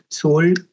sold